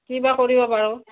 কি বা কৰিব পাৰোঁ